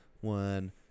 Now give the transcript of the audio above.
one